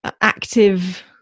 active